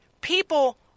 people